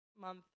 month